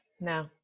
No